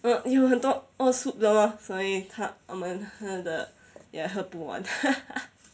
well 有很多 soup 的嘛所以他们喝得 ya 喝不完